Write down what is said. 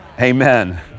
Amen